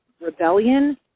rebellion